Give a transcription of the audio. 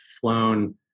flown